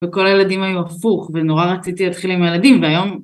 וכל הילדים היו הפוך ונורא רציתי להתחיל עם הילדים והיום